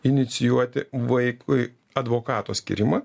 inicijuoti vaikui advokato skyrimą